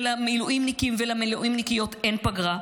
ולמילואימניקים ולמילואימניקיות אין פגרה,